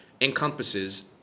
encompasses